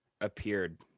appeared